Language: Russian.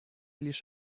лишь